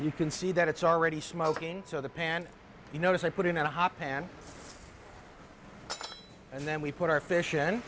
you can see that it's already smoking so the pan you know if i put it in a hot pan and then we put our fish in